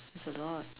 it's a lot